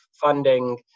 funding